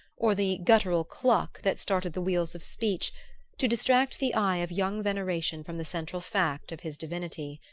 or the guttural cluck that started the wheels of speech to distract the eye of young veneration from the central fact of his divinity.